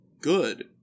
good